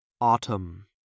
Autumn